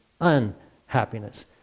unhappiness